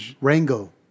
Rango